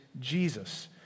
Jesus